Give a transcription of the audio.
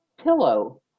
pillow